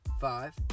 Five